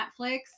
Netflix